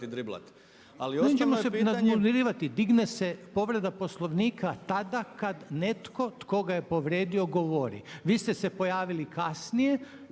i driblati. **Reiner, Željko (HDZ)** Nećemo se nadmudrivati, digne se povreda Poslovnika tada kad netko tko ga je povrijedio govori. Vi ste se pojavili kasnije